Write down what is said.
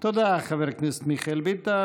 תודה, חבר הכנסת מיכאל ביטון.